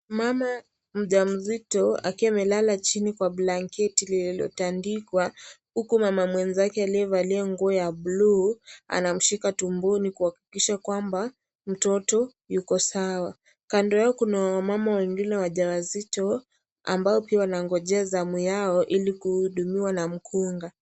Mama mjamzito akiwa amelala chini kwa blanketi lililotandikwa, huku mama mwenzake aliyevalia nguo ya bluu anamshika tumboni kuhakikisha kwamba mtoto yuko sawa. Kando yao kuna wamama wengine wajawazito ambao pia wanangojea zamu yao ili kuhudumiwa na mkunga.